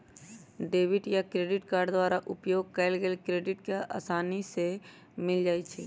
debit आ credit card द्वारा उपयोग कएल गेल पूरे क्रेडिट के जानकारी असानी से मिल जाइ छइ